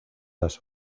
las